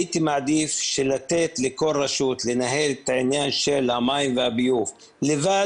הייתי מעדיף לתת לכל רשות לנהל את העניין של המים והביוב לבד.